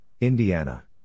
Indiana